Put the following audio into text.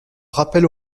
rappel